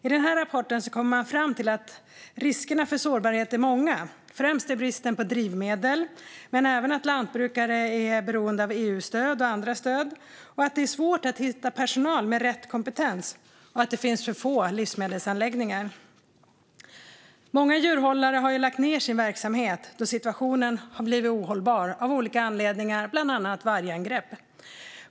I rapporten kommer man fram till att riskerna för sårbarhet är många. Den främsta risken är bristen på drivmedel, men det finns även risker i att många lantbrukare är beroende av EU-stöd och andra stöd, att det är svårt att hitta personal med rätt kompetens och att det finns få stora livsmedelsanläggningar. Många djurhållare har lagt ned sin verksamhet då situationen blivit ohållbar av olika anledningar, bland annat vargangrepp.